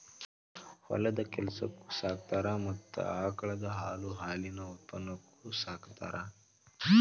ಹೊಲದ ಕೆಲಸಕ್ಕು ಸಾಕತಾರ ಮತ್ತ ಆಕಳದ ಹಾಲು ಹಾಲಿನ ಉತ್ಪನ್ನಕ್ಕು ಸಾಕತಾರ